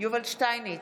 יובל שטייניץ,